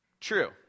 True